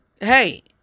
hey